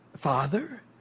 Father